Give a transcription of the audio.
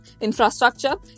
infrastructure